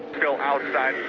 till outside,